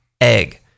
egg